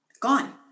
Gone